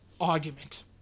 argument